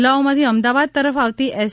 જિલ્લાઓમાથી અમદાવાદ તરફ આવતી એસ